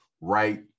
right